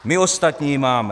My ostatní ji máme.